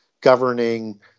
governing